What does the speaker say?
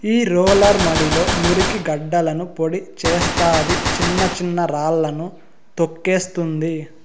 ఈ రోలర్ మడిలో మురికి గడ్డలను పొడి చేస్తాది, చిన్న చిన్న రాళ్ళను తోక్కేస్తుంది